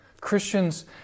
Christians